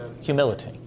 Humility